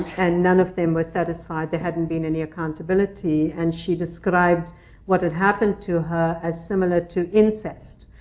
and none of them were satisfied. there hadn't been any accountability. and she described what had happened to her as similar to incest.